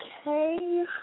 Okay